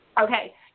Okay